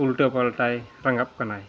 ᱩᱞᱴᱟᱹᱯᱟᱞᱴᱟᱭ ᱨᱟᱸᱜᱟᱣᱚᱜ ᱠᱟᱱᱟᱭ